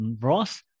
Ross